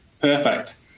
Perfect